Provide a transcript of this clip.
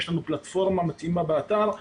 יש לנו פלטפורמה מתאימה באתר,